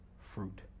fruit